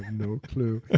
no clue.